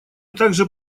также